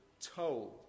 told